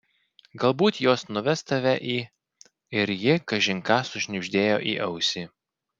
galbūt jos nuves tave į ir ji kažin ką sušnibždėjo į ausį